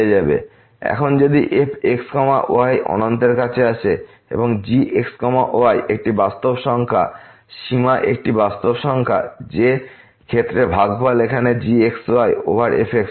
এখন যদি f x y অনন্তের কাছে আসে এবং g x y একটি বাস্তব সংখ্যা সীমা একটি বাস্তব সংখ্যা যে ক্ষেত্রে ভাগফল এখানে gx y over fx y